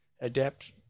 adapt